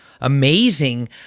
amazing